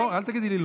אל תגידי לי "לא".